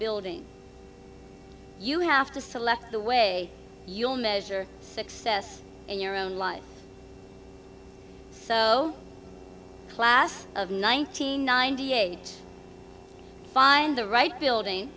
building you have to select the way you measure success in your own life so class of nineteen ninety eight find the right building